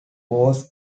was